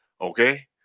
okay